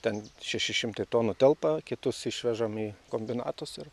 ten šeši šimtai tonų telpa kitus išvežam į kombinatus ir